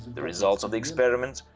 the results of the experiment,